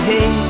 Hey